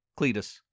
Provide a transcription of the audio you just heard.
Cletus